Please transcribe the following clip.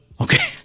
Okay